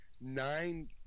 nine